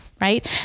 right